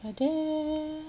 like that